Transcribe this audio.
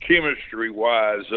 chemistry-wise